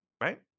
Right